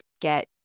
get